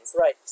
Right